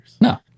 No